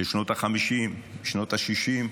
שנות החמישים, שנות השישים,